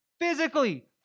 physically